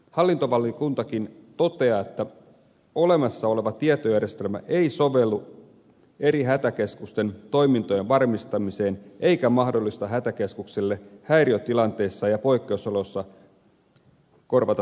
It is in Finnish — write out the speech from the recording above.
hallintovaliokuntakin toteaa että olemassa oleva tietojärjestelmä ei sovellu eri hätäkeskusten toimintojen varmistamiseen eikä mahdollista hätäkeskukselle häiriötilanteissa ja poikkeusoloissa korvata toista hätäkeskusta